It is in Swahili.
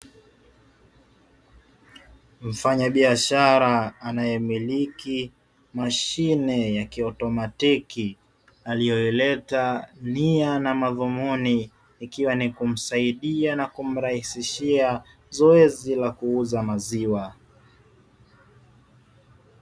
Mfanyabiashara anayemiliki mashine ya kiautomatiki aliyoileta, nia na madhumuni ikiwa ni kumsaidia na kumrahisishia zoezi la kuuza maziwa.